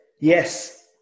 yes